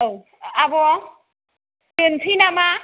औ आब' दोननोसै नामा